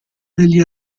degli